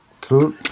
cool